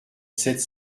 sept